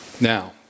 Now